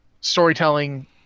storytelling